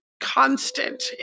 constant